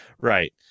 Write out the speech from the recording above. Right